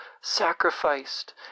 sacrificed